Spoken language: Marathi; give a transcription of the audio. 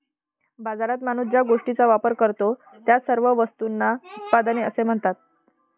बाजारात माणूस ज्या गोष्टींचा वापर करतो, त्या सर्व वस्तूंना उत्पादने असे म्हणतात